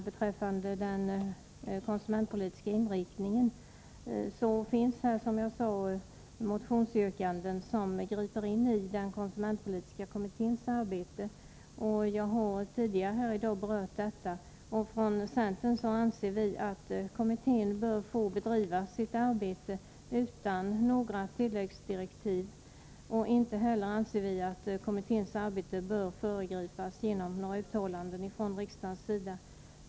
Beträffande den konsumentpolitiska inriktningen finns det, som jag sade, motionsyrkanden som griper in i den konsumentpolitiska kommitténs arbete. Jag har tidigare här i dag berört detta. Centern anser att kommittén bör få bedriva sitt arbete utan några tilläggsdirektiv. Inte heller bör kommitténs arbete föregripas genom några uttalanden från riksdagens sida.